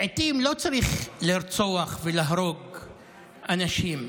לעיתים לא צריך לרצוח ולהרוג אנשים.